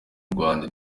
rwanda